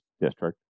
district